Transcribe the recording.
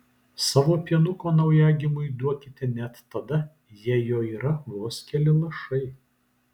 savo pienuko naujagimiui duokite net tada jei jo yra vos keli lašai